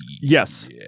Yes